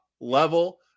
level